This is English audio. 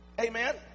Amen